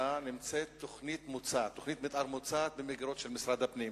בממוצע נמצאת תוכנית מיתאר מוצעת במגירות של משרד הפנים?